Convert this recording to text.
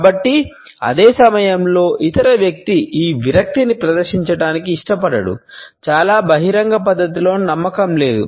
కానీ అదే సమయంలో ఇతర వ్యక్తి ఈ విరక్తిని ప్రదర్శించటానికి ఇష్టపడడు చాలా బహిరంగ పద్ధతిలో నమ్మకం లేదు